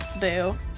boo